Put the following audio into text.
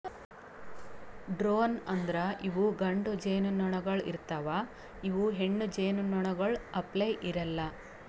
drone ಅಂದುರ್ ಇವು ಗಂಡು ಜೇನುನೊಣಗೊಳ್ ಇರ್ತಾವ್ ಇವು ಹೆಣ್ಣು ಜೇನುನೊಣಗೊಳ್ ಅಪ್ಲೇ ಇರಲ್ಲಾ